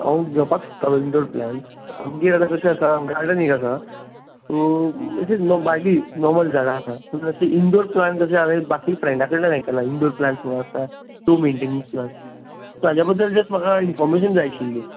हांव घेवपाक सोदतालो इन्डोर प्लाण्टस आमगेर आतां कशें आसा गार्डन एक आसा सो इट इज भायलीं नोर्मल झाडां आसात इन्डोर प्लाण्टस हांवेन बाकी फ्रेण्डा कडल्यान आयकलां इन्डोर प्लाण्टस म्हणून आसता लो मेनटेनन्स प्लाण्ट हाज्या बद्दल जस्ट म्हाका इनफोर्मेशन जाय आशिल्ली